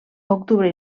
octubre